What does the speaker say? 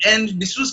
אין לה ביסוס,